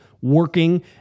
working